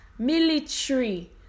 military